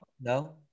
no